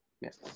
Yes